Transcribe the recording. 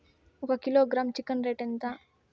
ఒక kilogram chicken rate ఎంత?